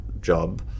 job